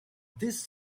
this